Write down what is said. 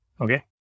Okay